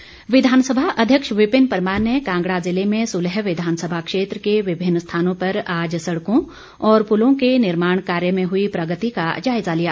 परमार विधानसभा अध्यक्ष विपिन परमार ने कांगड़ा जिले में सुलह विधानसभा क्षेत्र के विभिन्न स्थानों पर आज सड़कों और पुलों के निर्माण कार्य में हुई प्रगति का जायज़ा लिया